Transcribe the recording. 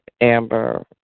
Amber